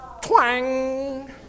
twang